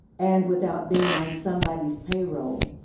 and without being on somebody's payroll,